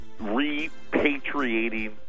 repatriating